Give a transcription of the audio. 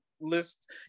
list